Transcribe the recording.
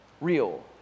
real